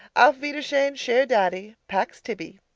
auf wiedersehen cher daddy, pax tibi!